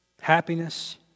happiness